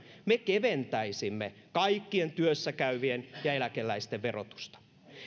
me keventäisimme kaikkien työssäkäyvien ja eläkeläisten verotusta